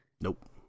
Nope